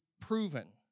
proven